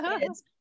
kids